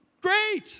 Great